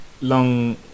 long